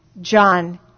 John